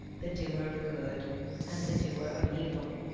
the doer of good and the doer of evil.